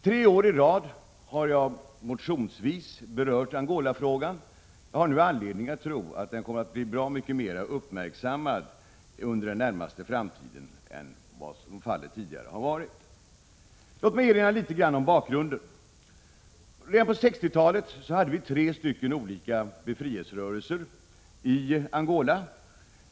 Tre år i rad har jag motionsvägen tagit upp Angolafrågan. Jag har nu anledning att tro att den under den närmaste framtiden kommer att bli bra mycket mer uppmärksammad än vad som har varit fallet tidigare. Låt mig erinra litet grand om bakgrunden! Redan på 1960-talet hade vi tre olika befrielserörelser i Angola.